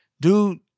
Dude